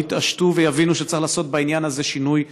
יתעשתו ויבינו שצריך לעשות בעניין הזה שינוי,